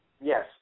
Yes